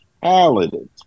talented